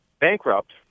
bankrupt